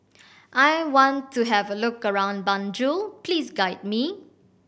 I want to have a look around Banjul please guide me